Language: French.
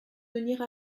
venir